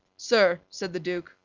sir, said the duke,